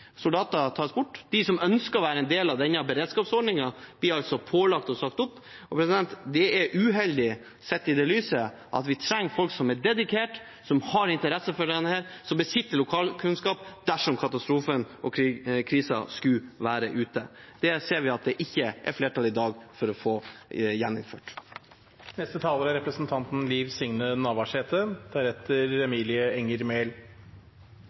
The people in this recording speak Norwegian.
soldater tas bort. De som ønsker å være en del av denne beredskapsordningen, blir pålagt å si opp. Det er uheldig, sett i lys av at vi trenger folk som er dedikerte, som har interesse for dette her, som besitter lokalkunnskap dersom katastrofen og krisen skulle være ute. Det ser vi at det ikke er flertall i dag for å få